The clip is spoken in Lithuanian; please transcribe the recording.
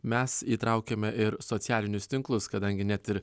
mes įtraukėme ir socialinius tinklus kadangi net ir